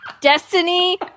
Destiny